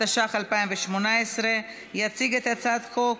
התשע"ח 2018. יציג את הצעת החוק,